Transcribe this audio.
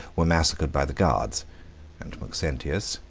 were massacred by the guards and maxentius,